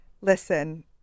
listen